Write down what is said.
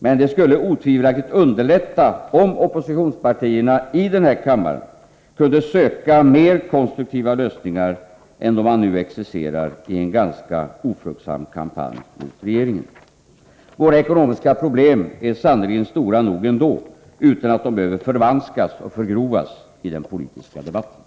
Men det skulle otvivelaktigt underlätta om oppositionspartierna i denna kammare kunde söka mer konstruktiva lösningar och upphöra med den ganska ofruktsamma kampanj som de nu excellerar i. Våra ekonomiska problem är sannerligen stora nog ändå utan att de behöver förvanskas och förgrovas i den politiska debatten.